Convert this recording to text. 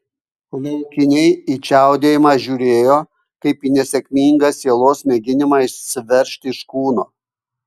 laukiniai į čiaudėjimą žiūrėjo kaip į nesėkmingą sielos mėginimą išsiveržti iš kūno